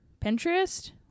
Pinterest